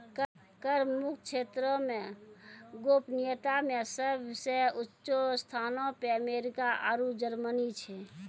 कर मुक्त क्षेत्रो मे गोपनीयता मे सभ से ऊंचो स्थानो पे अमेरिका आरु जर्मनी छै